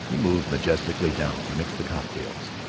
he moved majestically down to mix the cocktails.